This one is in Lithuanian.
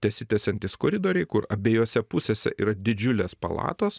tesitęsiantys koridoriai kur abiejose pusėse yra didžiulės palatos